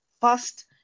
first